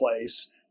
place